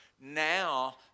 now